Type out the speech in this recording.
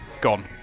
Gone